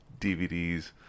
DVDs